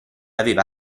aveva